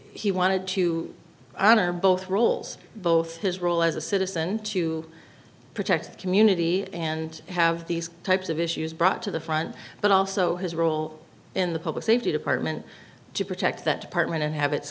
he wanted to honor both roles both his role as a citizen to protect the community and have these types of issues brought to the front but also his role in the public safety department to protect that department